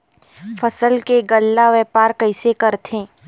फसल के गल्ला व्यापार कइसे करथे?